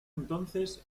entonces